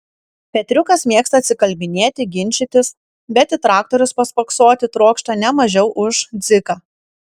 petriukas mėgsta atsikalbinėti ginčytis bet į traktorius paspoksoti trokšta ne mažiau už dziką